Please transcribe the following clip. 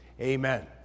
Amen